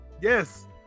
yes